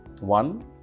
one